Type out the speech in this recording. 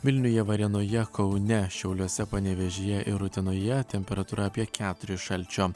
vilniuje varėnoje kaune šiauliuose panevėžyje ir utenoje temperatūra apie keturis šalčio